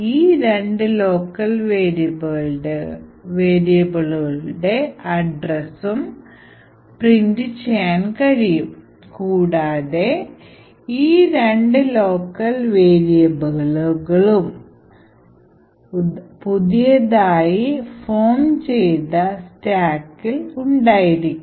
ഈ രണ്ട് ലോക്കൽ വേരിയബിളുകളുടെ address ഉം പ്രിൻ റ് ചെയ്യാൻ കഴിയും കൂടാതെ ഈ രണ്ട് ലോക്കൽ വേരിയബിളുകളും പുതിയതായി ഫോം ചെയ്ത stacksൽ ഉണ്ടായിരിക്കും